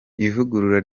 ivugurura